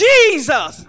Jesus